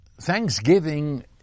thanksgiving